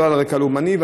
לא על רקע לאומני.